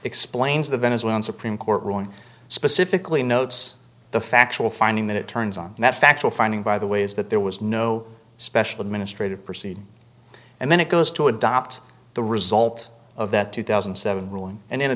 explains the venezuelan supreme court ruling specifically notes the factual finding that it turns on that factual finding by the way is that there was no special administrative proceed and then it goes to adopt the result of that two thousand and seven ruling and